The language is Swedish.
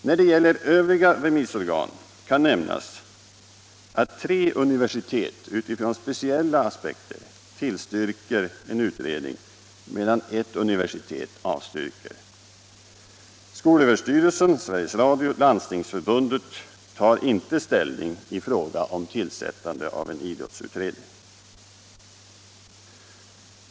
När det gäller övriga remissorgan kan nämnas att tre universitet utifrån speciella aspekter tillstyrker en utredning, medan ett universitet avstyrker. Skolöverstyrelsen, Sveriges Radio och Landstingsförbundet tar inte ställning i fråga om tillsättande av en idrottsutredning.